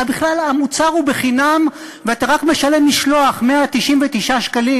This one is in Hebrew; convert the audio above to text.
בכלל המוצר הוא בחינם ואתה רק משלם משלוח 199 שקלים.